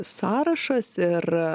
sąrašas ir